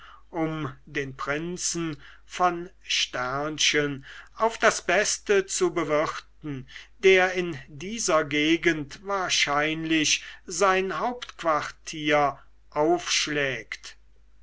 um den prinzen von auf das beste zu bewirten der in dieser gegend wahrscheinlich sein hauptquartier aufschlägt